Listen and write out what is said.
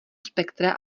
spektra